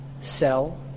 sell